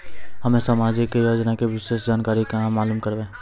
हम्मे समाजिक योजना के विशेष जानकारी कहाँ मालूम करबै?